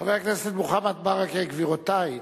חבר הכנסת מוחמד ברכה, גבירותי,